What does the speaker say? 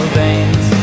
veins